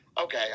okay